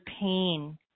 pain